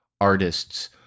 artists